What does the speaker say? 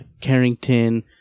Carrington